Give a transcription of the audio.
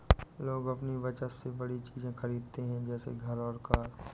लोग अपनी बचत से बड़ी चीज़े खरीदते है जैसे घर और कार